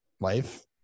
Life